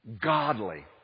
Godly